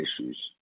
issues